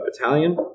battalion